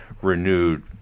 renewed